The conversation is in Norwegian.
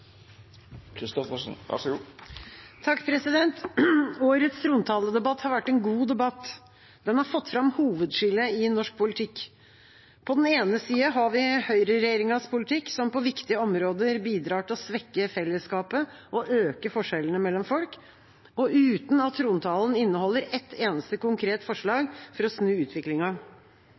redskap i så måte. Det vi trenger, er tiltak som gir kutt, og nettopp derfor bør fondet innføres snarest og forhandlingene komme på sporet. Årets trontaledebatt har vært en god debatt. Den har fått fram hovedskillet i norsk politikk. På den ene side har vi høyreregjeringas politikk som på viktige områder bidrar til å svekke fellesskapet og øke forskjellene mellom folk, uten at trontalen